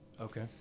okay